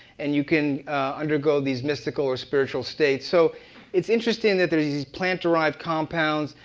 and you can undergo these mystical or spiritual states. so it's interesting that there's these plant-derived compounds.